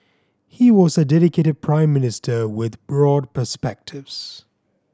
he was a dedicated Prime Minister with broad perspectives